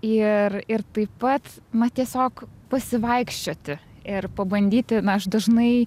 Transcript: ir ir taip pat na tiesiog pasivaikščioti ir pabandyti na aš dažnai